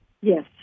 Yes